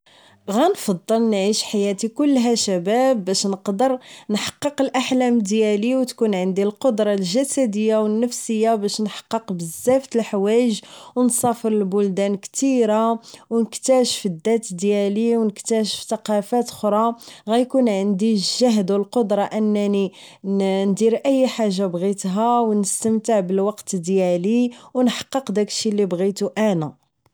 غنفضل نعيش حياتي كلها شباب باش نقدر نحقق الاحلام ديالي و تكون عندي القدرة الجسدية و النفسية باش نحقق بزاف تلحوايج و نسافر لبلدان كتيرة و نكتاشف الدات ديالي و نكتاشف تقافات خرى غيكون عندي الجهد و القدرة انني ندير اي حاجة بغيتها ونستمتع بالوقت ديالي ونحقق داكشي اللي بغيتو انا